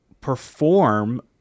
perform